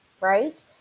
right